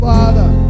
Father